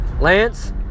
Lance